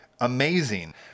amazing